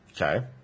Okay